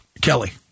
Kelly